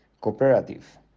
cooperative